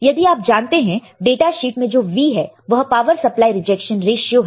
यदि आप जानते हैं डाटा शीट में जो V है वह पावर सप्लाई रिजेक्शन रेश्यो है